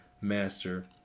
master